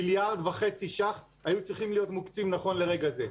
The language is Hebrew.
מיליארד וחצי שקלים היו צריכים להיות מוקצים נכון לרגע זה.